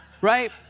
Right